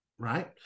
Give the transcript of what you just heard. right